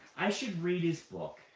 i should read his book.